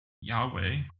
yahweh